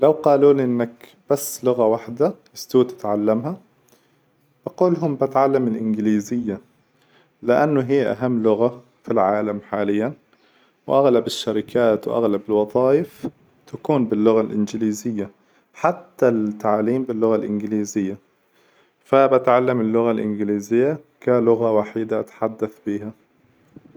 لو قالوا لي إنك بس لغة وحدة، استوي تتعلمها؟ بقولهم بتعلم الإنجليزية، لأنه هي أهم لغة في العالم حاليا، وأغلب الشركات وأغلب الوظائف تكون باللغة الإنجليزية، حتى التعليم باللغة الإنجليزية، فبتعلم اللغة الإنجليزية كلغة وحيدة أتحدث بيها.